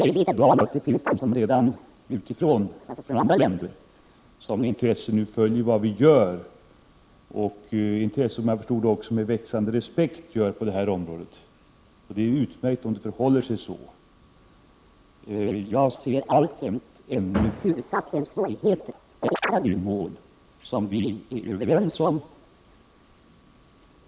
Birgitta Dahl säger att det redan finns de från andra länder som med intresse och, om jag förstod det rätt, växande respekt följer det vi gör på detta område. Det är utmärkt om det förhåller sig så. Jag ser alltjämt huvudsakligen svårigheter med att klara de mål som vi är överens om.